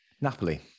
Napoli